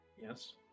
Yes